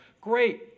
great